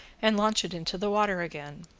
and launch it into the water again.